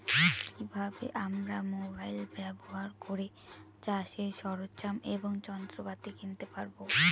কি ভাবে আমরা মোবাইল ব্যাবহার করে চাষের সরঞ্জাম এবং যন্ত্রপাতি কিনতে পারবো?